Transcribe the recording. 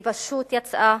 היא פשוט יצאה